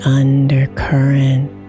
undercurrent